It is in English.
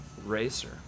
Racer